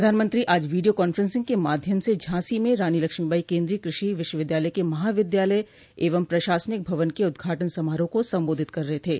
प्रधानमंत्री आज video conferencing के माध्यम से झांसी के रानी लक्ष्मीबाई केंद्रीय कृषि विश्वविद्यालय के महाविद्यालय एवं प्रशासनिक भवन का उद्घाटन समारोह को संबोधित कर थे थे